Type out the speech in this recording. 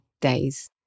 days